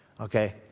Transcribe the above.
Okay